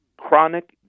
chronic